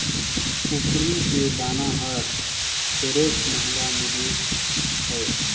कुकरी के दाना हर ढेरेच महंगा मिलत हे